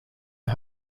are